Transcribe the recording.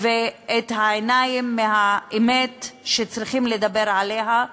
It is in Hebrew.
ואת העיניים מהאמת שצריכים לדבר עליה,